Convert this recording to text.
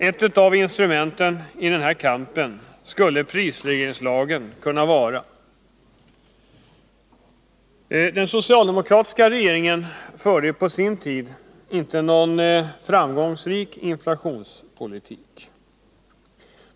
Ett av instrumenten i denna kamp skulle prisregleringslagen kunna vara. Den socialdemokratiska regeringen förde på sin tid inte någon framgångsrik inflationspolitik.